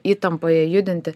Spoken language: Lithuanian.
įtampoje judinti